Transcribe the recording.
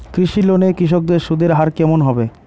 কৃষি লোন এ কৃষকদের সুদের হার কেমন হবে?